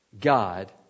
God